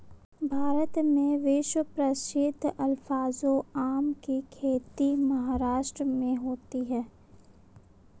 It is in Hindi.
भारत में विश्व प्रसिद्ध अल्फांसो आम की खेती महाराष्ट्र में होती है